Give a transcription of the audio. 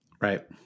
right